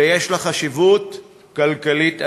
ויש לה חשיבות כלכלית עצומה.